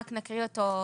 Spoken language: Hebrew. נקריא אותו .